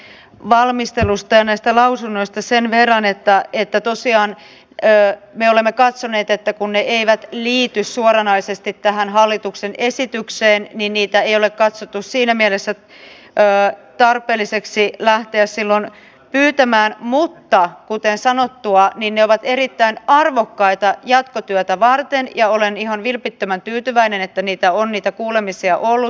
tästä valmistelusta ja näistä lausunnoista sen verran että tosiaan me olemme katsoneet että kun ne eivät liity suoranaisesti tähän hallituksen esitykseen niin ei ole katsottu siinä mielessä tarpeelliseksi lähteä niitä silloin pyytämään mutta kuten sanottua ne ovat erittäin arvokkaita jatkotyötä varten ja olen ihan vilpittömän tyytyväinen että niitä kuulemisia on ollut